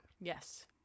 Yes